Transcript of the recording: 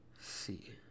see